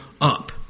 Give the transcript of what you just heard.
up